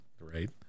Right